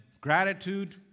gratitude